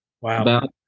Wow